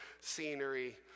scenery